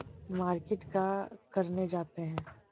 Market का करने जाते हैं?